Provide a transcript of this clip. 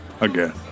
again